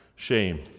Shame